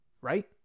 right